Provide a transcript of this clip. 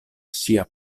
ŝia